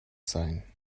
sein